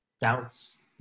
doubts